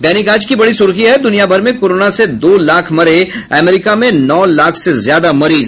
दैनिक आज की बड़ी सुर्खी है दुनियाभर में कोरोना से दो लाख मरे अमेरिका में नौ लाख से ज्यादा मरीज